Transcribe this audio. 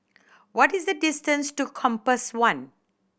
what is the distance to Compass One